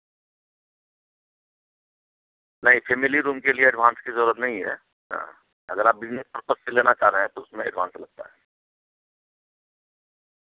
نہیں family room کے لیے ایڈوانس کی ضرورت نہیں ہے اگر آپ بزنس پرپز سے لینا چاہ رہے ہیں تو اس میں ایڈوانس لگتا ہے